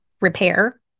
repair